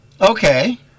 Okay